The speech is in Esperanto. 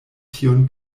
tion